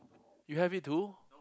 you have it too